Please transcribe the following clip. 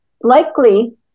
Likely